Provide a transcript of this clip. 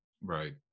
Right